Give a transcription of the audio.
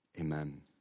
Amen